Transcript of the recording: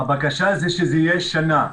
הבקשה שזה יהיה שנה.